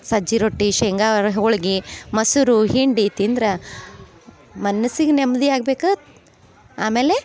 ಸಜ್ಜಿ ರೊಟ್ಟಿ ಶೇಂಗಾರ ಹೋಳಿಗಿ ಮಸರು ಹಿಂಡಿ ತಿಂದ್ರ ಮನಸಿಗೆ ನೆಮ್ಮದಿ ಆಗ್ಬೇಕು ಆಮೇಲೆ